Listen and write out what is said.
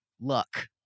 luck